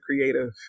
creative